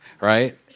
right